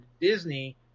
Disney